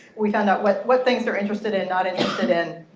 we found out what what things they're interested in, not interested in.